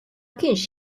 kienx